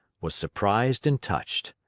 was surprised and touched.